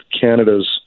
Canada's